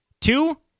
two